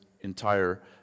entire